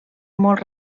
molt